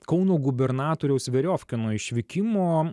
kauno gubernatoriaus veriofkino išvykimo